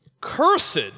Cursed